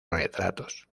retratos